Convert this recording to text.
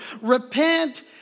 Repent